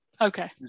Okay